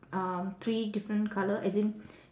um three different colour as in